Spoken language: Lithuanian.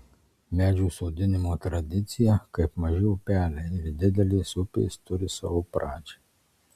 medžių sodinimo tradicija kaip maži upeliai ir didelės upės turi savo pradžią